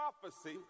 prophecy